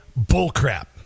bullcrap